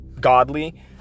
godly